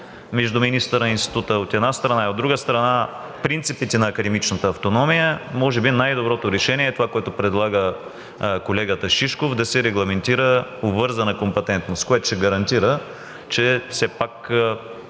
между министъра и института, и от друга страна, принципите на академичната автономия. Може би най-доброто решение е това, което предлага колегата Шишков, да се регламентира обвързана компетентност, което ще гарантира, че